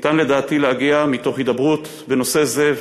ניתן לדעתי להגיע מתוך הידברות בנושא זה,